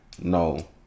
no